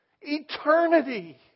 Eternity